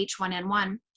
H1N1